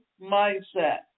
mindset